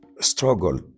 struggle